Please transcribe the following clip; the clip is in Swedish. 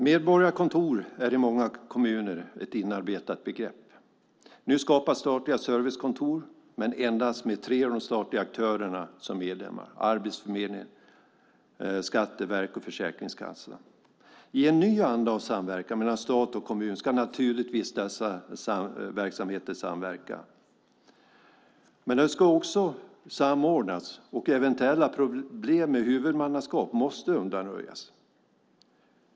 Medborgarkontor är i många kommuner ett inarbetat begrepp. Nu skapas statliga servicekontor men endast med tre av de statliga aktörerna som medlemmar, Arbetsförmedlingen, Skatteverket och Försäkringskassan. I en ny anda av samverkan mellan stat och kommun ska naturligtvis dessa verksamheter samverka. Men de ska också samordnas, och eventuella problem med huvudmannaskap måste undanröjas.